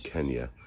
Kenya